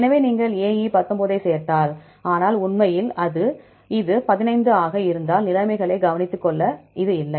எனவே நீங்கள் AE 19 ஐச் சேர்த்தால் ஆனால் உண்மையில் இது 15 ஆக இருந்தால் நிலைமைகளை கவனித்துக்கொள்ள இது இல்லை